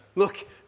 Look